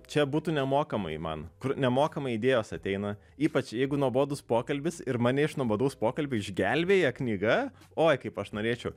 čia būtų nemokamai man kur nemokamai idėjos ateina ypač jeigu nuobodus pokalbis ir mane iš nuobodaus pokalbio išgelbėja knyga oi kaip aš norėčiau